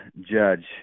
judge